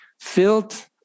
filled